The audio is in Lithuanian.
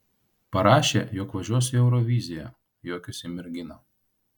parašė jog važiuosiu į euroviziją juokėsi mergina